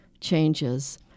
changes